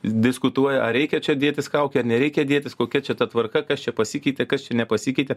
diskutuoja ar reikia čia dėtis kaukę nereikia dėtis kokia čia ta tvarka kas čia pasikeitė kas čia nepasikeitė